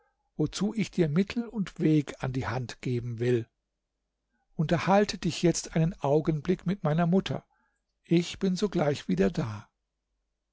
wozu ich dir mittel und weg an die hand geben will unterhalte dich jetzt einen augenblick mit meiner mutter ich bin sogleich wieder da